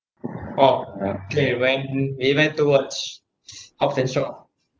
orh K when we went to watch hobbs and shaw